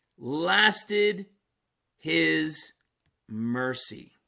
lasted his mercy